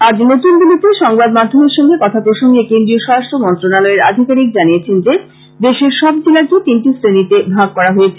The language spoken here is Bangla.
আজ নতুনদিল্লিতে সংবাদ মাধ্যমের সঙ্গে কথাপ্রসঙ্গে কেন্দ্রীয় সরাষ্ট্র মন্ত্রণালয়ের আধিকারিক জানিয়েছেন যে দেশের সব জেলাকে তিনটি শ্রেণীতে ভাগ করা হয়েছে